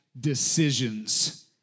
decisions